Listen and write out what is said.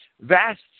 vast